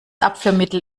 abführmittel